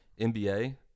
NBA